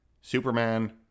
Superman